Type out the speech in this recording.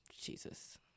Jesus